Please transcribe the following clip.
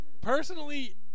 personally